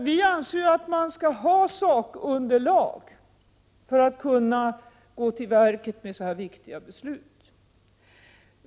Vi anser att man skall ha sakunderlag för att kunna gå till verket med så här viktiga beslut.